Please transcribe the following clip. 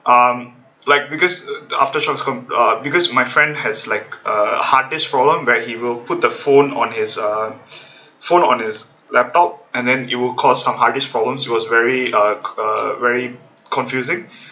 um like because aftershocks com~ uh because my friend has like a hard disk problem where he will put the phone on his uh phone on his laptop and then it will cost some hard disk problem it was very uh uh very confusing